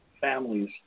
families